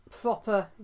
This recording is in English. proper